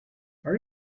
are